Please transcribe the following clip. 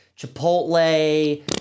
chipotle